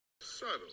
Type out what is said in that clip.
Subtle